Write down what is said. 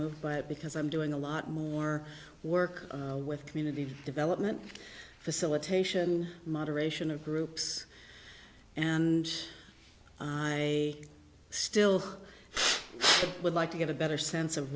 moved by it because i'm doing a lot more work with community development facilitation moderation of groups and i still would like to get a better sense of